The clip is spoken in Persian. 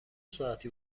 ساعتی